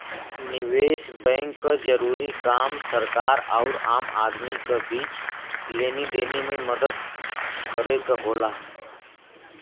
निवेस बैंक क जरूरी काम सरकार आउर आम आदमी क बीच लेनी देनी में मदद करे क होला